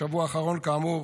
בשבוע האחרון, כאמור,